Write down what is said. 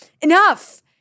enough